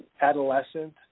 adolescent